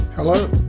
Hello